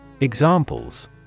Examples